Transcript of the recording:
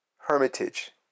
hermitage